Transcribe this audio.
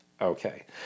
Okay